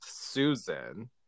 Susan